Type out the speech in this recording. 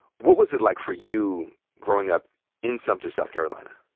what was it like for you growing up in sumter, south carolina?